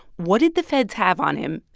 what did the feds have on him?